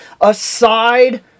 Aside